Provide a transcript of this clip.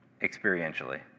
experientially